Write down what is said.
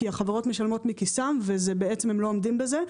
כי החברות משלמות מכיסן והן לא עומדות בזה.